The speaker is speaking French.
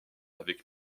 avec